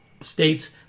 states